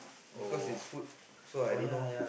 because is food so I don't know